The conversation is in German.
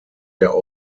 der